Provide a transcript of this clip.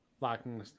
locking